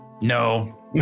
No